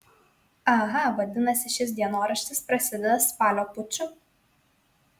aha vadinasi šis dienoraštis prasideda spalio puču